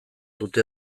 dute